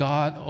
God